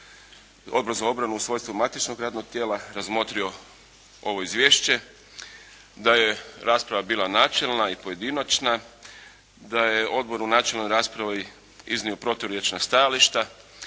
Odbor za obranu u svojstvu matičnog radnog tijela razmotrio ovo izvješće, da je rasprava bila načelna i pojedinačna, da je Odbor u načelnoj raspravi iznio proturječna stajališta.